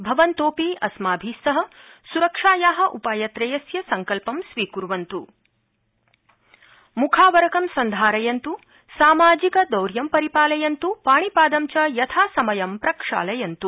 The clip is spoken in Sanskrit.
भवन्तोऽपि अस्माभि सह सुरक्षाया उपायत्रयस्य सङ्कल्पं स्वीकुर्वन्तु मुखावरकं सन्धारयन्तु सामाजिकदौर्यं परिपालयन्तु पाणिपादं च यथासमयं प्रक्षालयन्तु